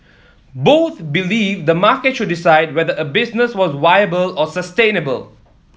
both believed the market should decide whether a business was viable or sustainable